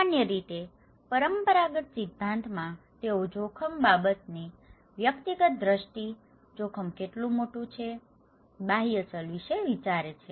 સામાન્ય રીતે પરંપરાગત સિદ્ધાંતમાં તેઓ જોખમ બાબતની વ્યક્તિગત દ્રષ્ટિ જોખમ કેટલું મોટું છે બાહ્ય ચલ વિશે વિચારે છે